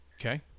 okay